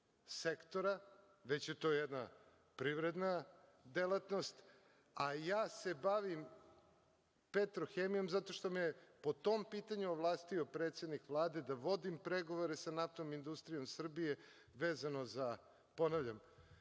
sektora, već je to jedna privredna delatnost, a ja se bavim „Petrohemijom“ zato što me po tom pitanju ovlastio predsednik Vlade da vodim pregovore sa NIS vezano za, ponavljam,